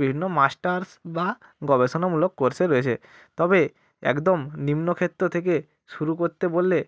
বিভিন্ন মাস্টার্স বা গবেষণামূলক কোর্সে রয়েছে তবে একদম নিম্ন ক্ষেত্র থেকে শুরু করতে বললে